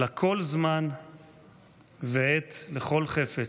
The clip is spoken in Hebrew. "לכל זמן ועת לכל חפץ"